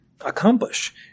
accomplish